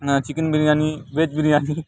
chicken biryani veg biryani